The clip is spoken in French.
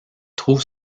trouve